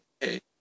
Hey